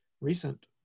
recent